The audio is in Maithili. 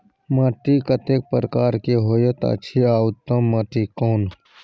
माटी कतेक प्रकार के होयत अछि आ उत्तम माटी कोन?